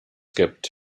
gibt